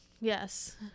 Yes